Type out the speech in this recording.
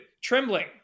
trembling